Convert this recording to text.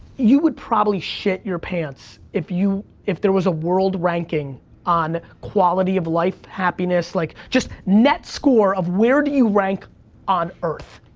you would probably shit your pants if you, if there was a world ranking on quality of life, happiness, like just net score of where do you rank on earth?